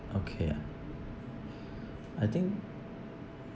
okay I think